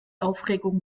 aufregung